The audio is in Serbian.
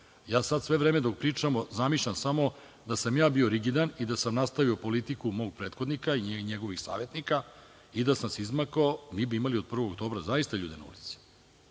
Ja sada, sve vreme dok pričamo, zamišljam samo da sam ja bio rigidan i da sam nastavio politiku mog prethodnika i njegovih savetnika i da sam se izmakao, mi bi imali od 1. oktobra, zaista ljude na ulici